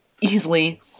easily